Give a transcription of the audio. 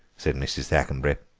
said mrs. thackenbury.